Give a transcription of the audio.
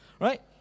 right